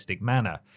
Manner